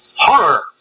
horror